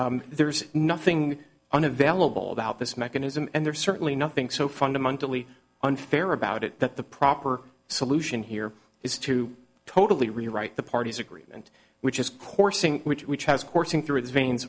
home there's nothing unavailable about this mechanism and there's certainly nothing so fundamentally unfair about it that the proper solution here is to totally rewrite the party's agreement which is coursing which which has coursing through its veins